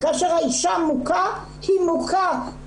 כאשר האישה מוכה היא מוכה.